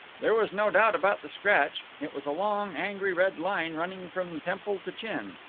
there was no doubt about the scratch. it was a long, angry red line running from temple to chin.